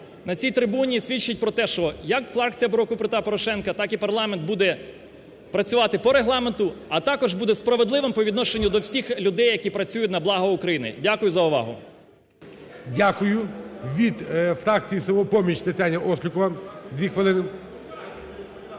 на цій трибуні свідчить про те, що як фракція "Блоку Петра Порошенка" так і парламент буде працювати по Регламенту, а також буде справедливим по відношенню до всіх людей, які працюють на благо України. Дякую за увагу. ГОЛОВУЮЧИЙ. Дякую. Від фракції "Самопоміч" Тетяна Острікова. Дві хвилин.